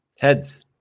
Heads